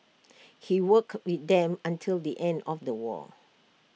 he worked with them until the end of the war